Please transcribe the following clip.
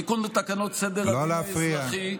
תיקון לתקנות סדר הדין האזרחי,